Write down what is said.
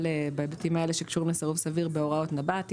בהיבטים האלה שקשורים לסירוב סביר בהוראות נב"ת.